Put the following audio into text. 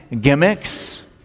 gimmicks